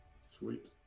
sweet